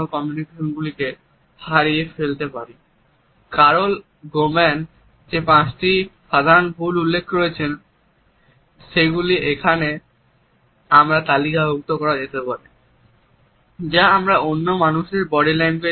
Carroll Goman যে পাঁচটি সাধারণ ভুল উল্লেখ করেছেন সেগুলি এখানে তালিকাভুক্ত করা যেতে পারে